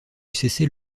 cesser